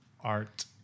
art